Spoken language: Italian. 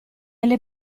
alle